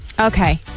Okay